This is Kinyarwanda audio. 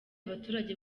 abaturage